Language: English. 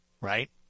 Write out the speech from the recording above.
right